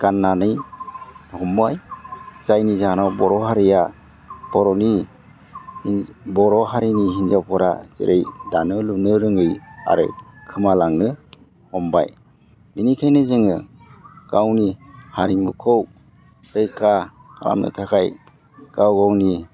गाननो हमबाय जायनि जाहोनाव बर'नि बर' हारिनि हिन्जावफोरा जेरै दानो लुनो रोङै आरो खोमालांनो हमबाय बेनिखायनो जोङो गावनि हारिमुखौ रैखा खालामनो थाखाय गाव गावनि